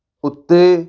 ਉੱਤੇ